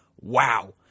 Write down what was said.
Wow